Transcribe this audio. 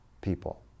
people